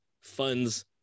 funds